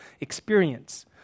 experience